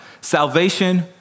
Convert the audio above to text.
salvation